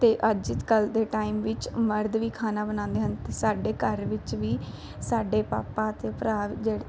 ਅਤੇ ਅੱਜ ਕੱਲ੍ਹ ਦੇ ਟਾਈਮ ਵਿੱਚ ਮਰਦ ਵੀ ਖਾਣਾ ਬਣਾਉਂਦੇ ਹਨ ਅਤੇ ਸਾਡੇ ਘਰ ਵਿੱਚ ਵੀ ਸਾਡੇ ਪਾਪਾ ਅਤੇ ਭਰਾ ਜਿਹੜੇ